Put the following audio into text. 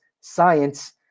science